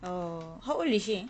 oh how old is she